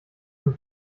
dem